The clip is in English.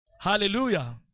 Hallelujah